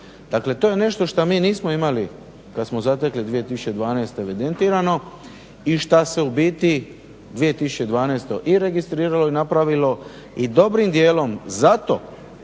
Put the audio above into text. Dakle, to je nešto što mi nismo imali kad smo zatekli 2012. evidentirano i šta se u biti 2012. i registriralo i napravilo i dobrim dijelom zato